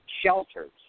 shelters